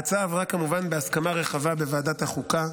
ההצעה עברה כמובן בהסכמה רחבה בוועדת החוקה.